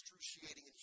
excruciating